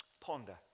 Ponder